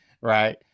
Right